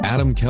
Adam